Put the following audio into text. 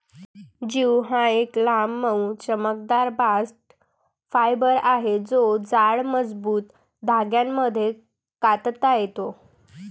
jute हा एक लांब, मऊ, चमकदार बास्ट फायबर आहे जो जाड, मजबूत धाग्यांमध्ये कातता येतो